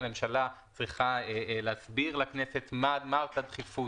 הממשלה צריכה להסביר לכנסת מה אותה דחיפות,